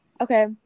okay